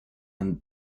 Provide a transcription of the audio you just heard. and